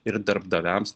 ir darbdaviams